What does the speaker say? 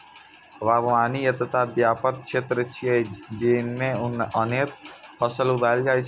बागवानी एकटा व्यापक क्षेत्र छियै, जेइमे अनेक फसल उगायल जाइ छै